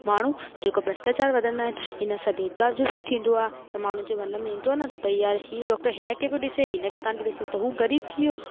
माण्हू जेको भ्रष्टाचार वधंदा आहिनि हिन सां भेदभाव जो बि थींदो आहे त माण्हू जे मन में ईंदो न भई यार ई डॉक्टर हिन खे बि ॾिसे हिन खे कान पियो ॾिसे त हू ग़रीब थी वियो